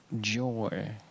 joy